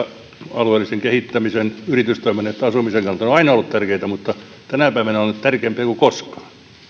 alueellisen kehittämisen ja yritystoiminnan että asumisen kannalta ne ovat aina olleet tärkeitä mutta tänä päivänä ne ovat tärkeämpiä kuin koskaan se on